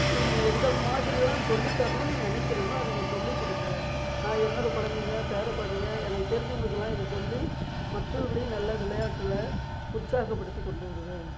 செய்ய எந்த மாதிரிலாம் சொல்லி தரணும்னு நினைக்கிறிங்களோ அதை எனக்கு சொல்லி கொடுங்க நான் என்னோடய குழந்தைங்க பேரக் குழந்தைங்க எனக்கு தெரிஞ்சவங்களுக்குலாம் இதை சொல்லி மற்றோர்களையும் நல்லா விளையாட்டில் உற்சாகப்படுத்தி கொண்டு வருவேன்